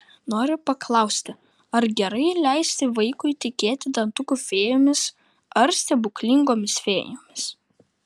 noriu paklausti ar gerai leisti vaikui tikėti dantukų fėjomis ar stebuklingomis fėjomis